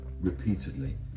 Repeatedly